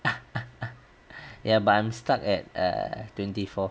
ya but I'm stuck at uh twenty four